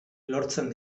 lortzen